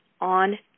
on